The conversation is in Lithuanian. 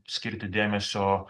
skirti dėmesio